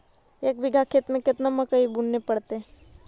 एक बिघा खेत में केतना मकई बुने पड़तै?